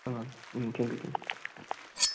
ꯑꯥ ꯎꯝ ꯊꯦꯡꯀꯤꯌꯨ ꯊꯣꯡꯀꯤꯌꯨ